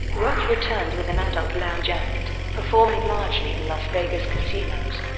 roth returned with an adult lounge act, performing largely in las vegas casinos,